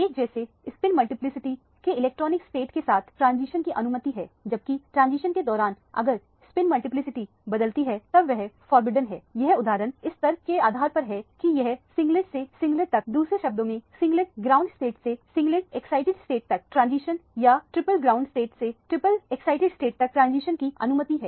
एक जैसे spin multiplicity के इलेक्ट्रनिक स्टेट के साथ ट्रांजिशन की अनुमति है जबकि ट्रांजिशन के दौरान अगर स्पिन मल्टीपलीसिटी बदलती है तब वह फोरबिडेन है यह उदाहरण इस तथ्य के आधार पर है कि यह सिग्लेंट से सिग्लेंट तक दूसरे शब्दों में सिग्लेंट ग्राउंड स्टेट से सिग्लेंट एक्साइटिड स्टेट तक ट्रांजिशन या ट्रिपल ग्राउंड स्टेट से ट्रिपल एक्ससाइटेड स्टेट तक ट्रांजिशन की अनुमति है